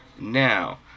Now